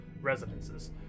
residences